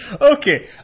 Okay